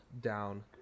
down